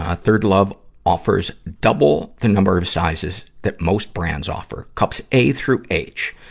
ah third love offers double the number of sizes that most brands offer cups a through h,